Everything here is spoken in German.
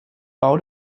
bau